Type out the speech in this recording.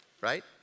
Right